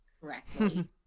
correctly